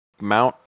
mount